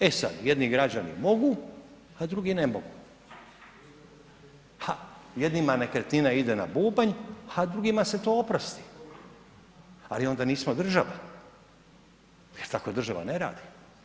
E sada jedni građani mogu, a drugi ne mogu, jednima nekretnina ide na bubanj, a drugim se to oprosti, ali onda nismo država jer tako država ne radi.